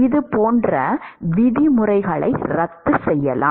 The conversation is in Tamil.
இது போன்ற விதிமுறைகளை ரத்து செய்யலாம்